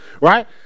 right